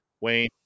Wayne